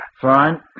Fine